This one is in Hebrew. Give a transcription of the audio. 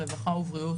רווחה ובריאות,